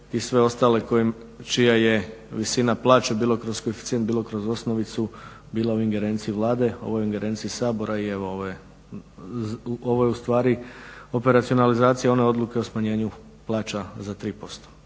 i sve ostale čija je većina plaće bilo kroz koeficijent bilo kroz osnovicu bila u ingerenciji Vlade, ovo je u ingerenciji Sabora i evo ovo je ustvari operacionalizacija one odluke o smanjenju plaća za 3%.